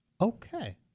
Okay